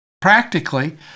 practically